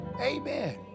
Amen